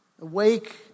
Awake